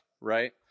right